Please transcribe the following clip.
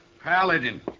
Paladin